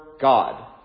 God